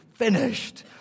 finished